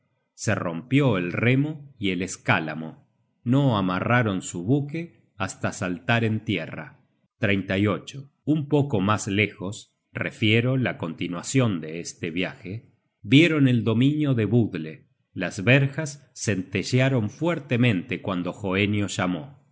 se rompió el remo y el escálamo no amarraron su buque hasta saltar en tierra un poco mas lejos refiero la continuacion de este viaje vieron el dominio de budle las verjas centellearon fuertemente cuando hoenio llamó